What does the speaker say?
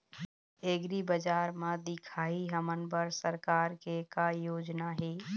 एग्रीबजार म दिखाही हमन बर सरकार के का योजना हे?